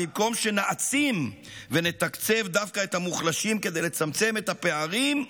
במקום שנעצים ונתקצב דווקא את המוחלשים כדי לצמצם את הפערים,